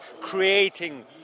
creating